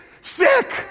sick